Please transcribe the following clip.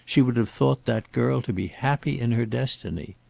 she would have thought that girl to be happy in her destiny.